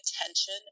attention